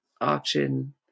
auction